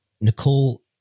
Nicole